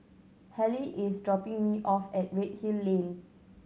Halle is dropping me off at Redhill Lane